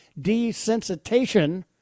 desensitization